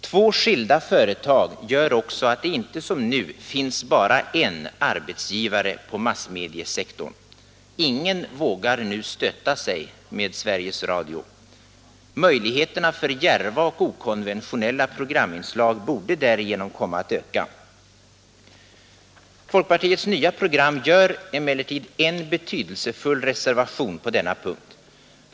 Två skilda företag gör Nr 131 också att det inte som nu finns bara en arbetsgivare på massmediesektorn Tisdagen den — ingen vågar nu stöta sig med Sveriges Radio. Möjligheterna för djärva 5 december 1972 och okonventionella programinslag borde därigenom komma att öka. Folkpartiets nya program gör emellertid en betydelsefull reservation på denna punkt.